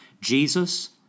Jesus